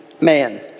man